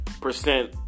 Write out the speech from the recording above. percent